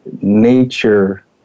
nature